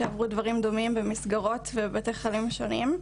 שעברו דברים דומים במסגרות ובבתי חולים שונים.